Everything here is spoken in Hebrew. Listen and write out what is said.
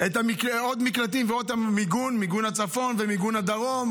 עוד מקלטים ועוד מיגון, מיגון הצפון ומיגון הדרום.